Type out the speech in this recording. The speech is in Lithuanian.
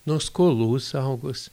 nuo skolų saugos